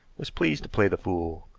was pleased to play the fool.